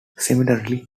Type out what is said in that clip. similarly